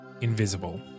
invisible